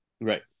right